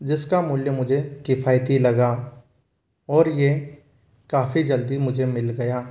जिसका मूल्य मुझे किफ़ायती लगा और ये काफ़ी जल्दी मुझे मिल गया